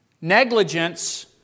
Negligence